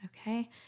Okay